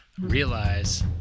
Realize